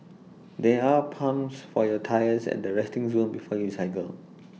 there are pumps for your tyres at the resting zone before you cycle